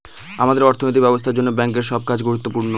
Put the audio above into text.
আমাদের অর্থনৈতিক ব্যবস্থার জন্য ব্যাঙ্কের সব কাজ গুরুত্বপূর্ণ